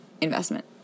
investment